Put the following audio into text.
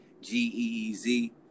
G-E-E-Z